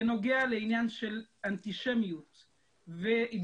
בנוגע לעניין של אנטישמיות והתבוללות,